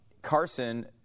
Carson